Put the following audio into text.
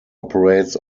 operates